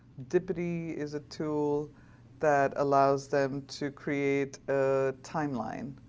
dipity is a tool that allows them to create a timeline.